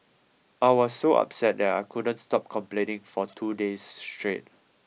I was so upset that I couldn't stop complaining for two days straight